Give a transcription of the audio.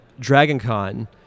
DragonCon